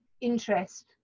interest